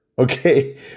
Okay